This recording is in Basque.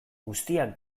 guztiak